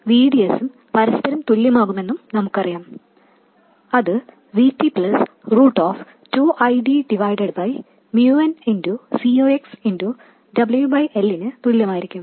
VGS ഉം VDS ഉം പരസ്പരം തുല്യമാകുമെന്നും നമുക്കറിയാം അത് Vt 2IdnCox ന് തുല്യമായിരിക്കും